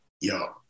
yo